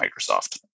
Microsoft